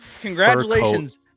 Congratulations